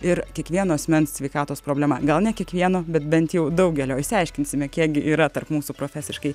ir kiekvieno asmens sveikatos problema gal ne kiekvieno bet bent jau daugelio išsiaiškinsime kiek gi yra tarp mūsų profesiškai